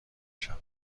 شوند